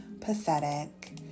pathetic